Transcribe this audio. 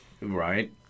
Right